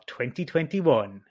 2021